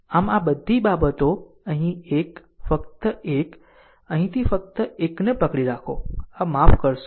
આમ આ બધી બાબતો અહીં 1 ફક્ત 1 ફક્ત અહીંથી 1 ને પકડી રાખો આ માફ કરશો